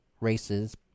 races